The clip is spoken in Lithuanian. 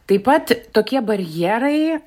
taip pat tokie barjerai